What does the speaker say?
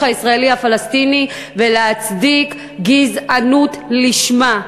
הישראלי פלסטיני ולהצדיק גזענות לשמה.